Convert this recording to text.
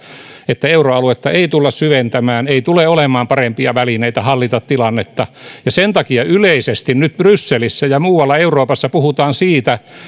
että euroaluetta ei tulla syventämään ei tule olemaan parempia välineitä hallita tilannetta ja sen takia yleisesti nyt brysselissä ja muualla euroopassa puhutaan siitä